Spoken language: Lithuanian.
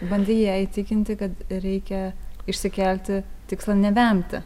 bandei ją įtikinti kad reikia išsikelti tikslą nevemti